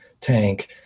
tank